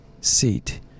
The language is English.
seat